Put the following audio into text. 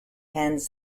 hands